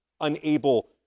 unable